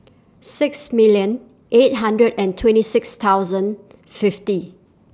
six million eight hundred and twenty six thousand fifty